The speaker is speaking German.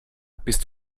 bist